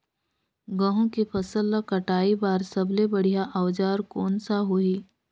गहूं के फसल ला कटाई बार सबले बढ़िया औजार कोन सा होही?